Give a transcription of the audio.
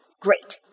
Great